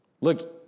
look